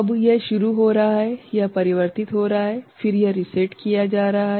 अब यह शुरू हो रहा है यह परिवर्तित हो रहा है फिर यह रीसेट किया जा रहा है